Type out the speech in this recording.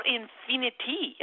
infinity